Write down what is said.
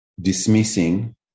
dismissing